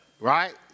Right